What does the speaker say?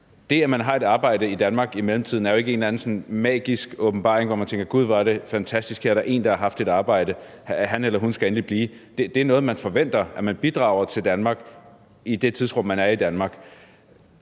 Det, at man har et arbejde i Danmark i mellemtiden, er jo ikke en eller anden sådan magisk åbenbaring, hvor man tænker, at gud hvor er det fantastisk, for her er der en, der har haft et arbejde, og han eller hun skal endelig blive. Det er noget, vi forventer, altså at man bidrager til Danmark i det tidsrum, man er i Danmark.